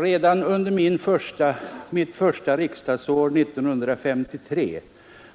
Redan under mitt första riksdagsår, 1953,